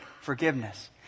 forgiveness